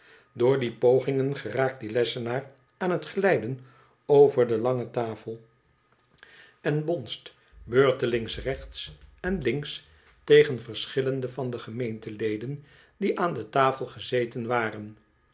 door die pogingen geraakt die lessenaar aan het glijden over de lange tafel en bonst beurtelings rechts en links tegen verschillende van de gemeenteleden die aan detafel gezeten waren